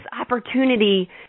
opportunity